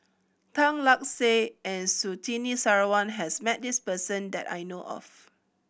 Tan Lark Sye and Surtini Sarwan has met this person that I know of